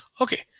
Okay